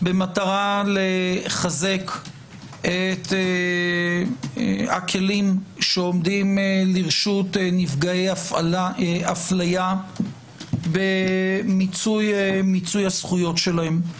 במטרה לחזק את הכלים שעומדים לרשות נפגעי אפליה במיצוי הזכויות ושלהם.